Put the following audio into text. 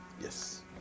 Yes